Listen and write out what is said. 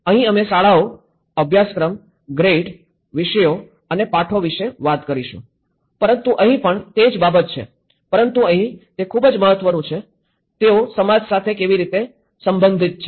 અહીં અમે શાળાઓ અભ્યાસક્રમ ગ્રેડ વિષયો અને પાઠો વિશે વાત કરીશું પરંતુ અહીં પણ તે જ બાબત છે પરંતુ અહીં તે ખૂબ મહત્વનું છે તેઓ સમાજ સાથે કેવી રીતે સંબંધિત છે